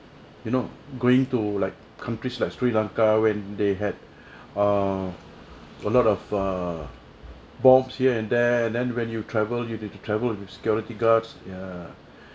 you know going to like countries like sri lanka when they had a a lot of a bomb here and there then when you travel you need to travel with security guards ya